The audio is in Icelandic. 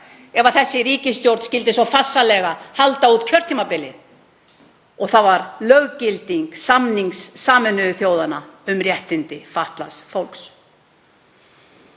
ef ríkisstjórnin skyldi svo farsællega halda út kjörtímabilið — og það var löggilding samnings Sameinuðu þjóðanna um réttindi fatlaðs fólks.